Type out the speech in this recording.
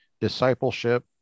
discipleship